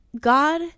God